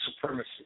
supremacy